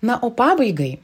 na o pabaigai